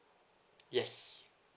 yes